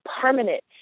permanent